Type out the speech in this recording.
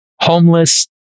homeless